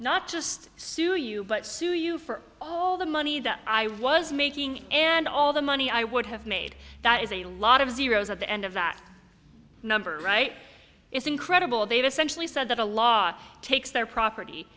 not just sue a you but sue you for all the money that i was making and all the money i would have made that is a lot of zeros at the end of that number right it's incredible they've essentially said that the law takes their property